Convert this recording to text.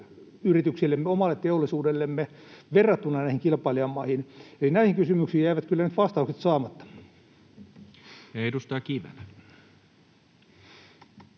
yrityksillemme, omalle teollisuudellemme verrattuna näihin kilpailijamaihin. Eli näihin kysymyksiin jäivät kyllä nyt vastaukset saamatta. [Speech 24]